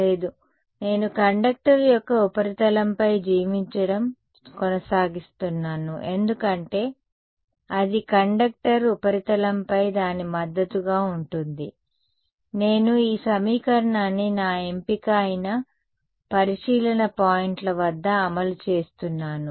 లేదు నేను కండక్టర్ యొక్క ఉపరితలంపై జీవించడం కొనసాగిస్తున్నాను ఎందుకంటే అది కండక్టర్ ఉపరితలంపై దాని మద్దతుగా ఉంటుంది నేను ఈ సమీకరణాన్ని నా ఎంపిక అయిన పరిశీలన పాయింట్ల వద్ద అమలు చేస్తున్నాను